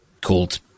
called